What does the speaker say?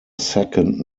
second